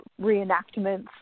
reenactments